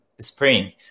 spring